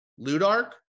ludark